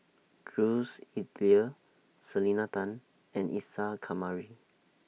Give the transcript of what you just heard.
Jules Itier Selena Tan and Isa Kamari